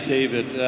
David